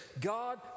God